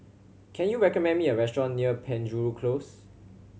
can you recommend me a restaurant near Penjuru Close